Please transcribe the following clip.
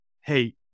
hey